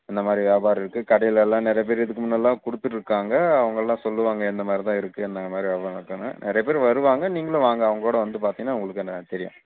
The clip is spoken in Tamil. எந்த மாதிரி வியாபாரம் இருக்குது கடையிலெல்லாம் நிறைய பேர் இதுக்கு முன்னேல்லாம் கொடுத்துட்டுருக்காங்க அவங்கள்லாம் சொல்லுவாங்க இந்த மாதிரி தான் இருக்கும் எண்ணெய் இந்த மாதிரி நிறைய பேர் வருவாங்க நீங்களும் வாங்க அவங்களோட வந்து பார்த்தீங்கன்னா உங்களுக்கு என்ன தெரியும்